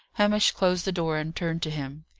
hamish closed the door and turned to him.